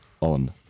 on